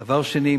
דבר שני,